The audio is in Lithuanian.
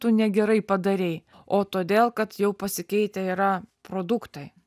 tu negerai padarei o todėl kad jau pasikeitę yra produktai